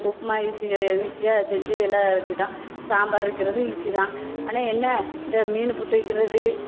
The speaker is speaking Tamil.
உப்புமா ஈசி கிடையாது ஈசியாக செஞ்சி எல்லாம் வச்சிட்டோம் சாம்பார் வக்கிறதும் ஈஸி தான் ஆனால் என்ன இந்த மீன் புட்டு வைக்கிறது